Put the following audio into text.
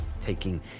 taking